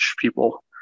people